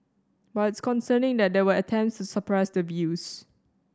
but it's concerning that there were attempts to suppress the views